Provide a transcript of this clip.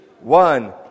one